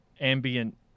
ambient